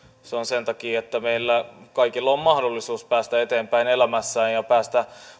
se on sen takia että meillä kaikilla on mahdollisuus päästä eteenpäin elämässä ja päästä